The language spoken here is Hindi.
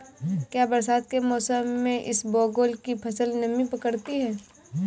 क्या बरसात के मौसम में इसबगोल की फसल नमी पकड़ती है?